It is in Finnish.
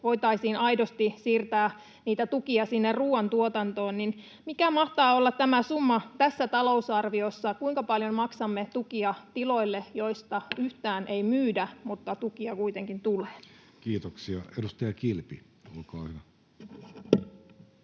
voitaisiin aidosti siirtää niitä tukia sinne ruuantuotantoon — niin mikä mahtaa olla tämä summa tässä talousarviossa, kuinka paljon maksamme tukia tiloille, joista yhtään ei myydä, mutta tukia kuitenkin tulee? Kiitoksia. — Edustaja Kilpi, olkaa hyvä.